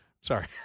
Sorry